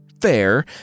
fair